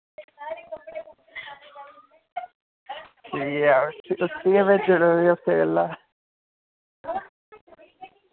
तुस उसी गै भेजी ओड़ेओ उस्सै गल्ला